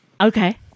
Okay